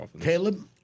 Caleb